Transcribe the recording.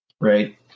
right